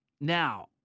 Now